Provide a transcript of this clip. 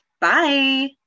Bye